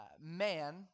man